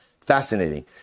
Fascinating